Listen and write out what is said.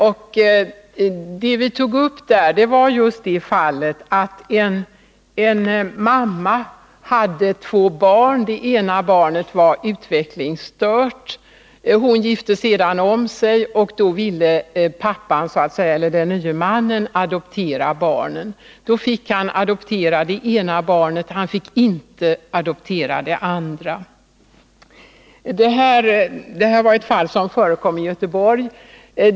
Det fall vi tog upp gällde en mamma med två barn, av vilka det ena var utvecklingsstört. Modern gifte sedan om sig, och då ville den nye mannen adoptera barnen. Han fick adoptera det ena barnet, men han fick inte adoptera det andra. Det här var ett fall som förekom i Göteborg.